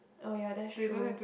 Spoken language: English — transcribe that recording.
oh ya that's true